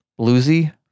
Bluesy